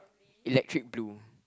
electric blue